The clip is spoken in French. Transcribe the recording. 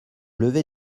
lever